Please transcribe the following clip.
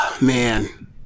Man